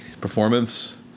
performance